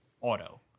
auto